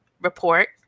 report